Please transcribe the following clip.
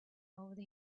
over